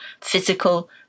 physical